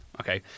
Okay